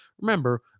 Remember